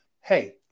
Hey